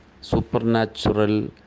supernatural